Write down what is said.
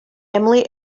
emily